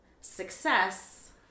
success